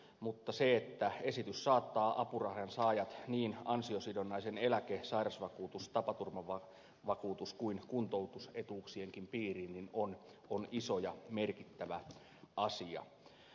mutta se että esitys saattaa apurahojen saajat niin ansiosidonnaisen eläke sairausvakuutus tapaturmavakuutus kuin kuntoutusetuuksienkin piiriin on iso ja merkittävä asia